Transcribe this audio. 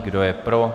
Kdo je pro?